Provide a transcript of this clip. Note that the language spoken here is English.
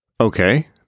Okay